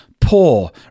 poor